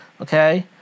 okay